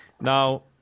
Now